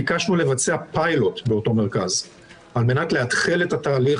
ביקשנו לבצע פיילוט באותו מרכז על מנת לאתחל את התהליך